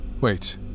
Wait